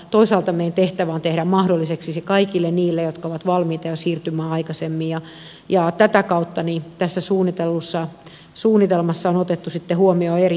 toisaalta meidän tehtävämme on tehdä mahdolliseksi se kaikille niille jotka ovat valmiita siirtymään jo aikaisemmin ja tätä kautta tässä suunnitellussa suunnitelmassa on otettu sitten huomioon eri intressit